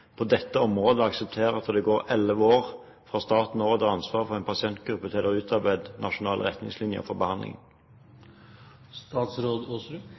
på dette området aksepterer at det går elleve år fra staten overdrar ansvaret for en pasientgruppe til at man nå utarbeider nasjonale retningslinjer for